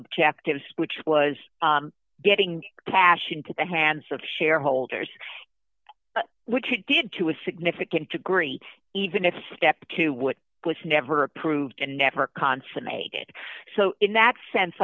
objectives which was getting cash into the hands of shareholders which it did to a significant degree even if step to what was never approved and never consummated so in that sense